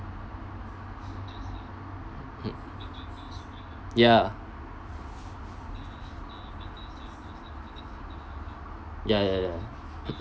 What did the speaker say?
ya ya ya ya